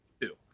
two